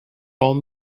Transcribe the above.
old